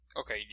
Okay